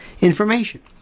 information